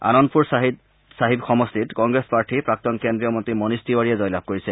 আনন্দপুৰ ছাহিদ সমষ্টিত কংগ্ৰেছ প্ৰাৰ্থী প্ৰাক্তন কেন্দ্ৰীয় মন্ত্ৰী মনিশ তিৱাৰীয়ে জয়লাভ কৰিছে